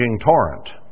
torrent